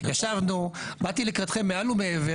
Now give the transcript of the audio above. ישבנו, באתי לקראתכם מעל ומעבר